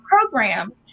program